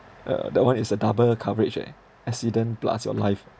uh that one is a double coverage eh accident plus your life